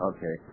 Okay